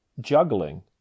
Juggling